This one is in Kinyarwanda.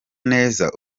neza